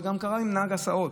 זה גם קרה עם נהג הסעות.